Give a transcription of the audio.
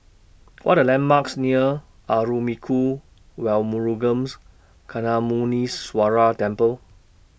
What Are The landmarks near Arulmigu Velmurugans Gnanamuneeswarar Temple